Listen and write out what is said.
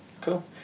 Cool